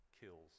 kills